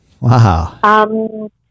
Wow